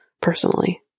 personally